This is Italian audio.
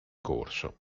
corso